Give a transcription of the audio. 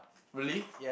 really